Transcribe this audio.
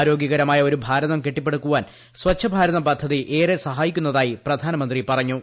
ആരോഗൃകരമായ ഒരു ഭാരതം കെട്ടിപ്പടുക്കുവാൻ സ്ച്ഛഭാരതം പദ്ധതി ഏറെ സഹായിക്കുന്നതായി പ്രധാനപറഞ്ഞു